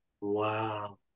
Wow